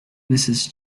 mrs